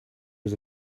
was